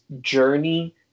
journey